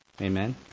Amen